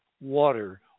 water